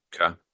Okay